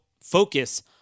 focus